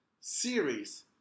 series